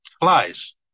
flies